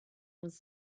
was